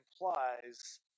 implies